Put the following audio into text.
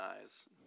eyes